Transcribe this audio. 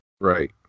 Right